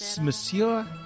Monsieur